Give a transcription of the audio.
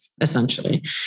essentially